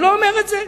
אני לא אומר את זה.